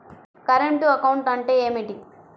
Current account అంటే ఏమిటి?